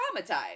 traumatized